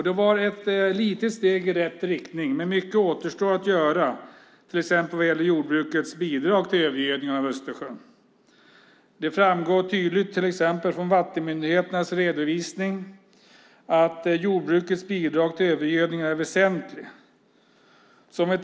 Det var ett litet steg i rätt riktning, men mycket återstår att göra till exempel vad gäller jordbrukets bidrag till övergödningen av Östersjön. Det framgår tydligt från vattenmyndigheternas redovisning att jordbrukets bidrag till övergödningen är väsentligt.